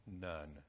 None